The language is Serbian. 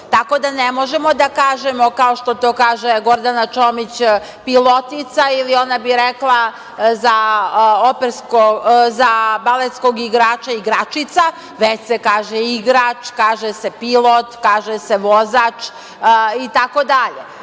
Tako da ne možemo da kažemo, kao što to kaže Gordana Čomić, „pilotica“ ili ona bi rekla za baletskog igrača „igračica“, već se kaže igrač, kaže se pilot, kaže se vozač itd. Tako da je